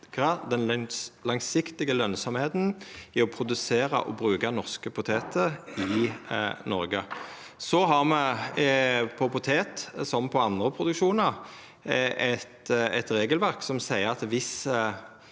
den langsiktige lønsemda i å produsera og bruka norske poteter i Noreg. For potet, som for andre produksjonar, har me eit regelverk som seier at viss